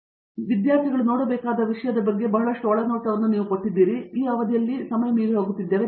ಪ್ರತಾಪ್ ಹರಿಡೋಸ್ ವಿದ್ಯಾರ್ಥಿಗಳನ್ನು ನೋಡಬೇಕಾದ ವಿಷಯದ ಬಗ್ಗೆ ನಾನು ಬಹಳ ಒಳನೋಟವನ್ನು ಹೊಂದಿದ್ದೇನೆ